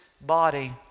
body